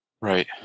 Right